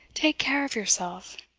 take care of yourself!